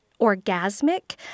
orgasmic